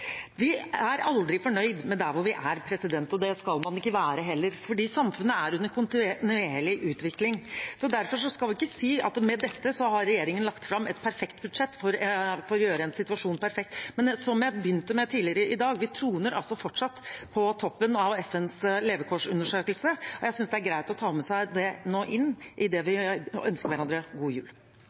Vi er aldri fornøyd med der hvor vi er, og det skal man ikke være heller, fordi samfunnet er under kontinuerlig utvikling. Derfor skal vi ikke si at med dette har regjeringen lagt fram et perfekt budsjett for å gjøre en situasjon perfekt, men som jeg begynte med tidligere i dag: Vi troner fortsatt på toppen av FNs levekårsundersøkelse. Jeg synes det er greit å ta med seg det idet vi nå ønsker hverandre god jul.